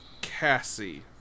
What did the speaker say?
Cassie